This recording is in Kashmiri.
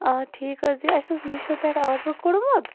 آ ٹھیٖک حظ اسہِ اوس میٖشو پٮ۪ٹھ آرڈَر کوٚڑمُت